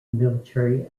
military